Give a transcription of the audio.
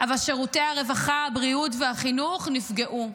אבל שירותי הרווחה, הבריאות והחינוך נפגעו.